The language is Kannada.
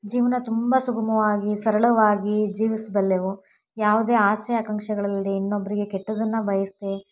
ಜೀವನ ತುಂಬ ಸುಗುಮವಾಗಿ ಸರಳವಾಗಿ ಜೀವಿಸಬಲ್ಲೆವು ಯಾವುದೇ ಆಸೆ ಆಕಾಂಕ್ಷೆಗಳಿಲ್ಲದೆ ಇನ್ನೊಬ್ಬರಿಗೆ ಕೆಟ್ಟದನ್ನು ಬಯಸ್ದೆ